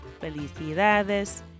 felicidades